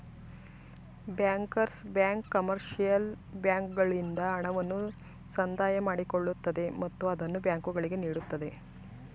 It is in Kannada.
ಬ್ಯಾಂಕರ್ಸ್ ಬ್ಯಾಂಕ್ ಕಮರ್ಷಿಯಲ್ ಬ್ಯಾಂಕ್ಗಳಿಂದ ಹಣವನ್ನು ಸಂದಾಯ ಮಾಡಿಕೊಳ್ಳುತ್ತದೆ ಮತ್ತು ಅದನ್ನು ಬ್ಯಾಂಕುಗಳಿಗೆ ನೀಡುತ್ತದೆ